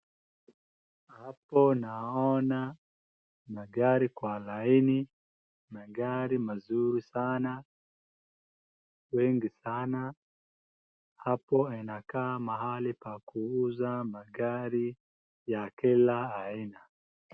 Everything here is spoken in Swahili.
Hapo naona magari kwa laini. Magari mazuri sana, wengi sana. Hapo inakaa mahali pa kuuza magari ya kila aina.